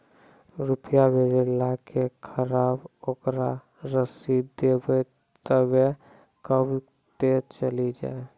रुपिया भेजाला के खराब ओकरा रसीद देबे तबे कब ते चली जा?